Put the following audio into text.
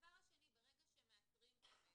הדבר השני, ברגע שמאתרים תלמיד,